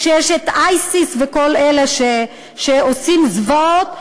שיש ISIS וכל אלה שעושים זוועות,